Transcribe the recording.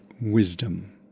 Wisdom